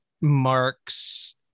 marks